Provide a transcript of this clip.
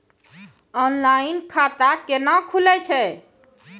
Online खाता केना खुलै छै?